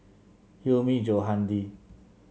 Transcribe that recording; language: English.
Hilmi Johandi